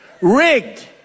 rigged